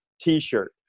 T-shirt